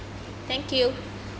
thank you